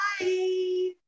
Bye